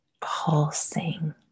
pulsing